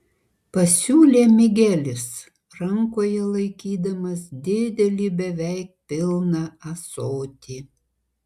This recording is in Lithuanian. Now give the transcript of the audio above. pasiūlė migelis rankoje laikydamas didelį beveik pilną ąsotį